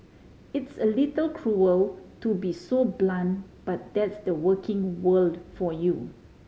it's a little cruel to be so blunt but that's the working world for you